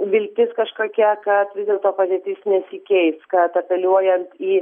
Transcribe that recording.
viltis kažkokia kad vis dėlto padėtis nesikeis kad apeliuojant į